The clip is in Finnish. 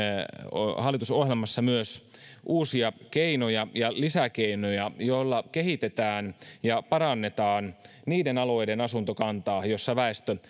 hallitusohjelmassa myös uusia keinoja ja lisäkeinoja joilla kehitetään ja parannetaan niiden alueiden asuntokantaa joissa väestö